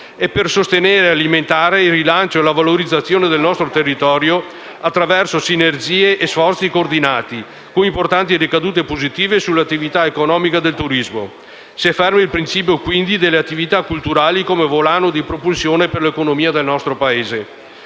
e per sostenere e alimentare il rilancio e la valorizzazione del nostro territorio attraverso sinergie e sforzi coordinati, con importanti ricadute positive sull'attività economica del turismo. Si afferma il principio, quindi, delle attività culturali come volano di propulsione per l'economia del nostro Paese.